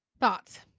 Thoughts